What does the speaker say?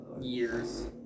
Years